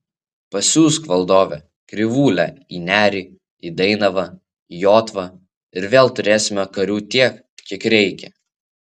pasiųsk valdove krivūlę į nerį į dainavą į jotvą ir vėl turėsime karių tiek kiek reikia